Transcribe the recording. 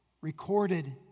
recorded